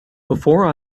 before